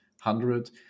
hundred